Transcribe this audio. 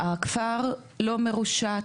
הכפר לא מרושת.